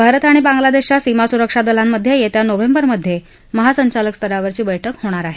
भारत आणि बांग्लादेशच्या सीमा सुरक्षा दलांमध्ये येत्या नोव्हेंबर मध्ये महासंचालक स्तरावरची बैठक होणार आहे